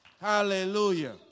Hallelujah